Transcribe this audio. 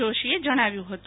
જોશીએ જણાવ્યું હતું